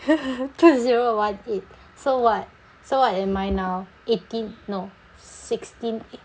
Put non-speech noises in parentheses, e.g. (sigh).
(laughs) two zero one eight so what so what am I now eighteen no sixteen eh